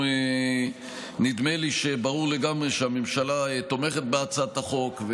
נדמה לי שברור לגמרי שהממשלה תומכת בהצעת החוק,